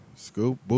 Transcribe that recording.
Scoop